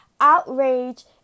outrage